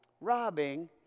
robbing